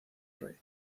rey